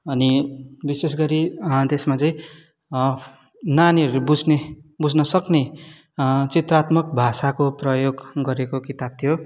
अनि विशेष गरी त्यसमा चाहिँ नानीहरू बुझ्ने बुझ्न सक्ने चित्रात्मक भाषाको प्रयोग गरेको किताब थियो